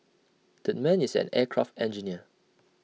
that man is an aircraft engineer